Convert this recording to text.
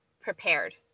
prepared